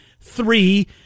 three